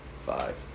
five